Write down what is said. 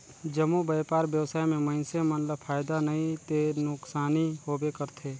जम्मो बयपार बेवसाय में मइनसे मन ल फायदा नइ ते नुकसानी होबे करथे